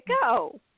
go